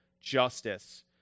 justice